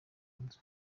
nzu